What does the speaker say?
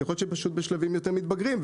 יכול להיות שפשוט בשלבים יותר מתבגרים,